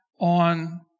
on